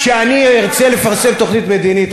כשאני ארצה לפרסם תוכנית מדינית,